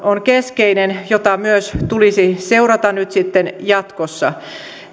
on keskeinen ja myös sitä tulisi seurata nyt sitten jatkossa